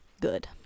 good